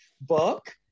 book